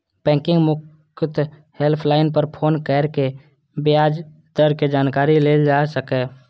बैंकक मुफ्त हेल्पलाइन पर फोन कैर के ब्याज दरक जानकारी लेल जा सकैए